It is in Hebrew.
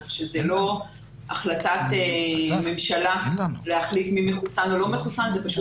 כך שזאת לא החלטת ממשלה להחליט מי מחוסן או לא מחוסן אלא זו פשוט